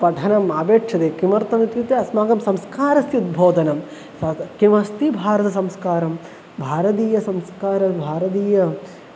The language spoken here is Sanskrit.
पठनम् अपेक्ष्यते किमर्थमित्युक्ते अस्माकं संस्कारस्य उद्बोधनं सा च कास्ति भारतसंस्कारं भारतीयसंस्कारं भारतीया